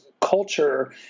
culture